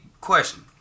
question